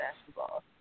basketball